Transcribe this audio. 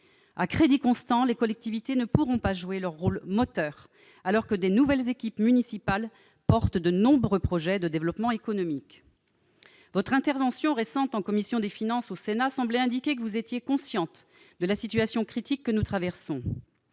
À crédits constants, les collectivités ne pourront pas jouer leur rôle moteur, alors que de nouvelles équipes municipales portent de nombreux projets de développement économique. Votre intervention récente au Sénat devant la commission des finances semblait indiquer que vous étiez consciente de la situation critique que nous traversons.